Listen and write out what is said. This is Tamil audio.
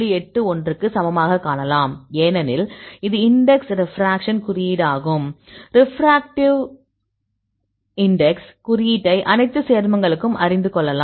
81 க்கு சமமாகக் காணலாம் ஏனெனில் இது இன்டெக்ஸ் ரெப்ராக்சன் குறியீடாகும் ரெப்ராக்டிவ் இன்டெக்ஸ் குறியீட்டை அனைத்து சேர்மங்களுக்கும் அறிந்து கொள்ளலாம்